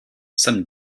some